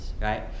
Right